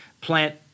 plant